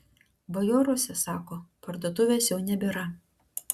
bajoruose sako parduotuvės jau nebėra